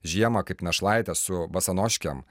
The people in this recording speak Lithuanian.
žiemą kaip našlaitė su basanoškėm